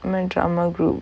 the drama group